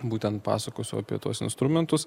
būtent pasakosiu apie tuos instrumentus